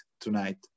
tonight